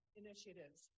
initiatives